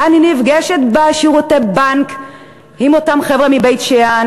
אני נפגשת בשירותי הבנק עם אותם חבר'ה מבית-שאן,